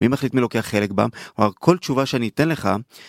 מי מחליט מי לוקח חלק בה, כל תשובה שאני אתן לך